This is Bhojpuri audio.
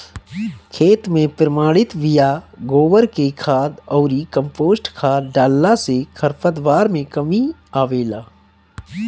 खेत में प्रमाणित बिया, गोबर के खाद अउरी कम्पोस्ट खाद डालला से खरपतवार में कमी आवेला